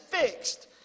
fixed